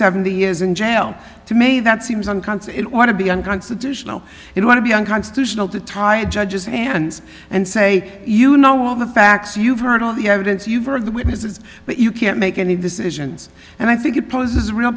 seventy years in jail to me that seems unconscious want to be unconstitutional and want to be unconstitutional to try a judge's hands and say you know well the facts you've heard all the evidence you've heard the witnesses but you can't make any decisions and i think it poses a real